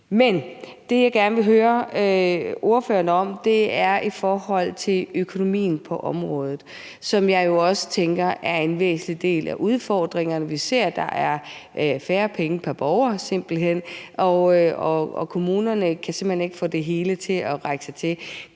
Det, jeg gerne vil høre ordføreren om, er økonomien på området, som jeg også tænker er en væsentlig del af udfordringerne. Vi ser, at der simpelt hen er færre penge pr. borger, og kommunerne kan simpelt hen ikke få det hele til at række.